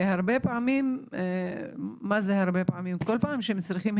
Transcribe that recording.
כל פעם שהם צריכים,